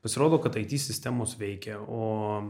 pasirodo kad it sistemos veikia o